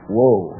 Whoa